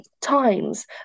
times